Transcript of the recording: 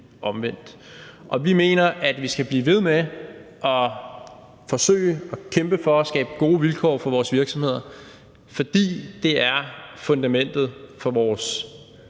omvendt. Og vi mener, at vi skal blive ved med at forsøge at kæmpe for at skabe gode vilkår for vores virksomheder, fordi det er fundamentet for vores